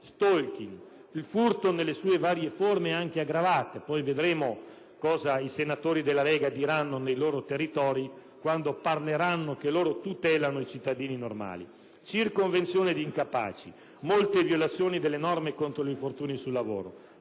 *stalking*; il furto nelle sue varie forme anche aggravate (poi vedremo cosa diranno i senatori della Lega nei loro territori quando sosterranno che loro tutelano i cittadini); la circonvenzione di incapace; molte violazioni delle norme contro gli infortuni sul lavoro;